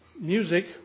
music